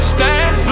Stand